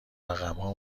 رقمها